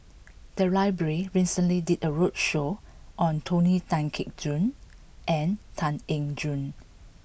the library recently did a roadshow on Tony Tan Keng Joo and Tan Eng Joo